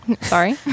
sorry